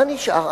מה נשאר?